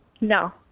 No